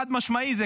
חד-משמעית.